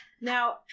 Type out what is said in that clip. Now